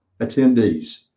attendees